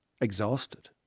exhausted